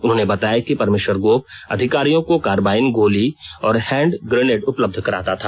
उन्होंने बताया कि परमेश्वर गोप अपराधियों को कारबाईन गोली और हैंड ग्रेनेड उपलब्ध कराता था